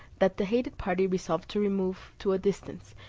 that the hated party resolved to remove to a distance,